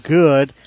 good